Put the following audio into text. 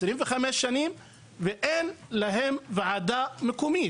25 שנים ואין להם ועדה מקומית.